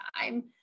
time